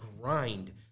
grind